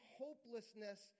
hopelessness